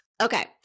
Okay